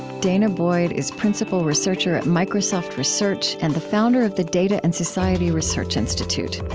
danah boyd is principal researcher at microsoft research and the founder of the data and society research institute.